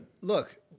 Look